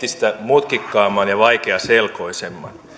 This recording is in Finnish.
vaikea entistä mutkikkaamman ja vaikeaselkoisemman